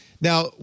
Now